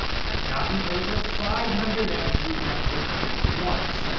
i've gotten over five hundred ads rejected at once.